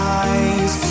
eyes